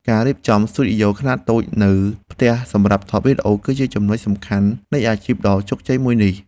ការរៀបចំស្ទីឌីយ៉ូខ្នាតតូចនៅផ្ទះសម្រាប់ថតវីដេអូ គឺជាចំណុចចាប់ផ្តើមនៃអាជីពដ៏ជោគជ័យមួយនេះ។